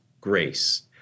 grace